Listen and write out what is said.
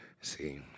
see